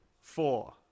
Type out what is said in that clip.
four